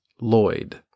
Lloyd